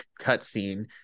cutscene